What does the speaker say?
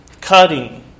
cutting